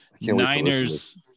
Niners